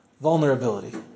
Vulnerability